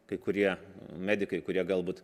kai kurie medikai kurie galbūt